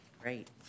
great